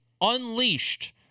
unleashed